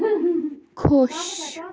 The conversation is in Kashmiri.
خوش